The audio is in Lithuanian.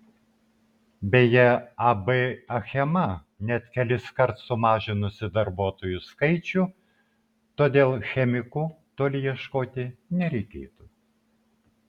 beje ab achema net keliskart sumažinusi darbuotojų skaičių todėl chemikų toli ieškoti nereikėtų